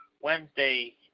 Wednesday